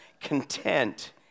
content